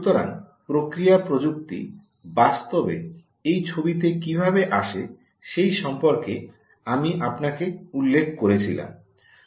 সুতরাং প্রক্রিয়া প্রযুক্তি বাস্তবে এই ছবিতে কিভাবে আসে সেই সম্পর্কে আমি আপনাকে উল্লেখ করেছিলাম